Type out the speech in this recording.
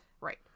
right